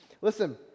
Listen